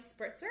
spritzer